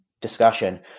discussion